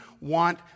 want